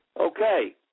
Okay